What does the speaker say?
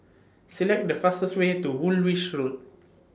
Select The fastest Way to Woolwich Road